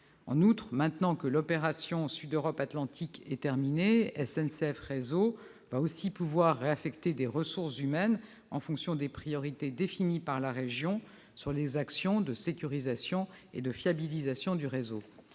En outre, maintenant que l'opération Sud-Europe-Atlantique est terminée, SNCF Réseau va pouvoir réaffecter des ressources humaines en fonction des priorités définies par la région sur les actions de sécurisation et de fiabilisation du réseau.